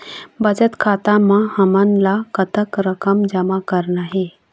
बचत खाता म हमन ला कतक रकम जमा करना हे?